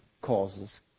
causes